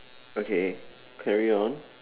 okay carry on